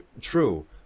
True